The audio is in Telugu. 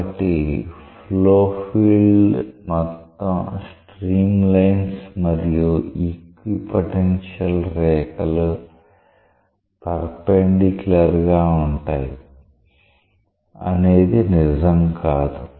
కాబట్టి ఫ్లో ఫీల్డ్ మొత్తం స్ట్రీమ్ లైన్స్ మరియు ఈక్విపోటెన్షియల్ రేఖలు పెర్ఫెన్దిక్యూలర్ గా ఉంటాయి అనేది నిజం కాదు